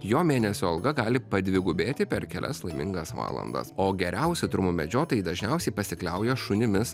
jo mėnesio alga gali padvigubėti per kelias laimingas valandas o geriausi trumų medžiotojai dažniausiai pasikliauja šunimis